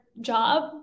job